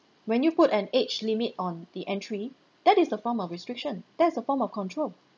when you put an age limit on the entry that is a form of a restriction that is a form of control